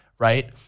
Right